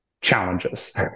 challenges